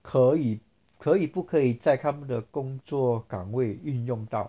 可以可以不可以在他们的工作岗位运用到